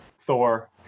Thor